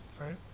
right